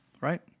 right